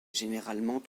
généralement